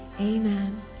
amen